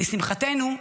לשמחתנו,